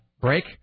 break